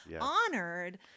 honored